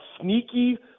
sneaky